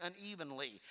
unevenly